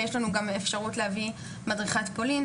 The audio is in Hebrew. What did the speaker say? ויש לנו גם אפשרות להביא מדריכת פולין,